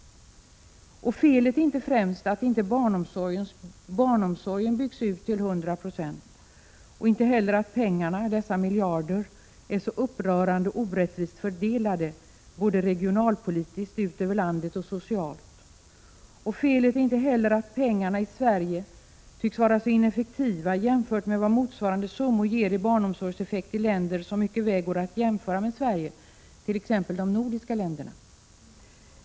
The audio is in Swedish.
Felet är inte främst att barnomsorgen inte byggs ut till hundra procent, inte heller att pengarna — dessa miljarder — är så upprörande orättvist fördelade, både regionalpolitiskt ut över landet och socialt. Felet är inte heller att pengarna i Sverige tycks vara så ineffektiva jämfört med vad motsvarande summor ger i barnomsorgseffekt i länder som mycket väl går att jämföra med Sverige, t.ex. de nordiska länderna.